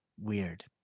weird